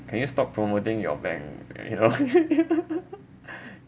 can you stop promoting your bank you know